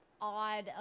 odd